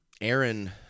Aaron